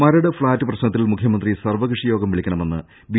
Maradu flat പ്രശ്നത്തിൽ മുഖ്യമന്ത്രി സർവ്വകക്ഷി യോഗം വിളിക്കണമെന്ന് ബി